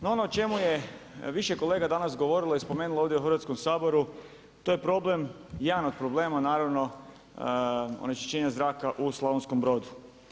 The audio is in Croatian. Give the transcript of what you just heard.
No ono o čemu je danas više kolega govorilo i spomenulo ovdje u Hrvatskom saboru, to je problem, jedan od problema onečišćenja zraka u Slavonskom Brodu.